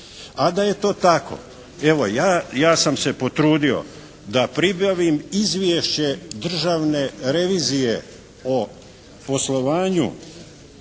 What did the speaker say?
A da je to tako evo ja sam se potrudio da pribavim izvješće Državne revizije o poslovanju